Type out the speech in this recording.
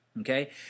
okay